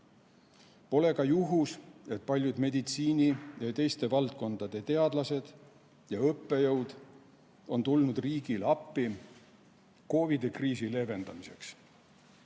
Pole ka juhus, et paljud meditsiini‑ ja teiste valdkondade teadlased ja õppejõud on tulnud riigile appi COVID‑i kriisi leevendamiseks